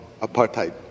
apartheid